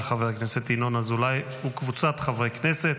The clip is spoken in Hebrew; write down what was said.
של חבר הכנסת ינון אזולאי וקבוצת חברי הכנסת.